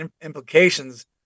implications